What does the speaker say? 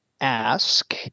ask